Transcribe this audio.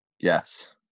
Yes